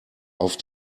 auf